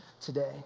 today